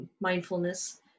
mindfulness